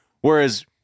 whereas